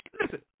listen